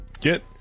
Get